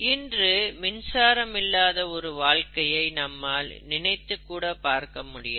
இன்று மின்சாரம் இல்லாத ஒரு வாழ்க்கையை நம்மால் நினைத்துக்கூட பார்க்க முடியாது